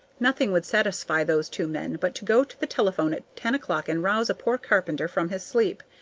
nothing would satisfy those two men but to go to the telephone at ten o'clock and rouse a poor carpenter from his sleep.